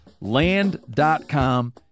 Land.com